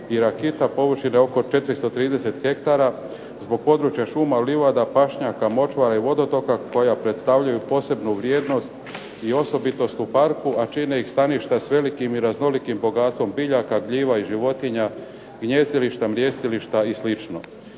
i Rakita površine oko 430 hektara, zbog područja šuma, livada, pašnjaka, močvara i vodotoka koja predstavljaju posebnu vrijednost i osobitost u parku a čine ih staništa s velikim i raznolikim bogatstvom biljaka, gljiva i životinja, gnjezdilišta, mrjestilišta i